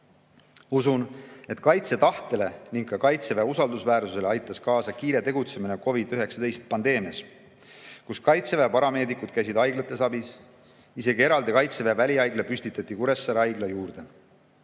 Usun, et kaitsetahtele ning ka Kaitseväe usaldusväärsusele aitas kaasa kiire tegutsemine COVID‑19 pandeemia ajal, kui Kaitseväe parameedikud käisid haiglates abiks, isegi eraldi Kaitseväe välihaigla püstitati Kuressaare haigla juurde.